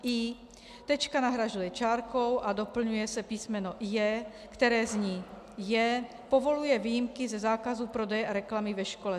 i) tečka nahrazuje čárkou a doplňuje se písm. j), které zní: j) povoluje výjimky ze zákazu prodeje reklamy ve škole.